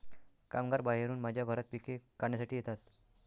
कामगार बाहेरून माझ्या घरात पिके काढण्यासाठी येतात